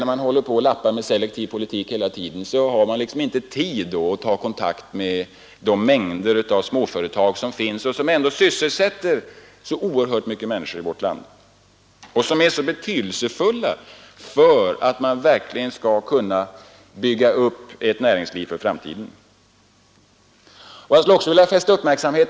När man håller på och lappar med selektiv politik hela tiden har man inte tid att ta kontakt med de mängder av småföretag som finns, som sys: land och som är s sätter så oerhört många människor i vårt betydelsefulla för att vi verkligen skall kunna bygga upp ett näringsliv för framtiden.